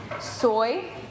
Soy